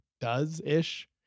does-ish